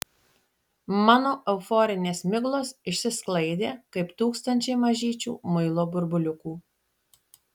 mano euforinės miglos išsisklaidė kaip tūkstančiai mažyčių muilo burbuliukų